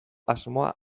asmoa